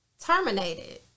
terminated